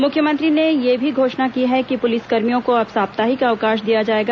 मुख्यमंत्री ने यह भी घोषणा की है कि पुलिसकर्मियों को अब साप्ताहिक अवकाश दिया जाएगा